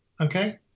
Okay